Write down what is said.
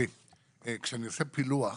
כשאני עושה פילוח